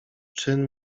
czyn